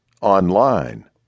online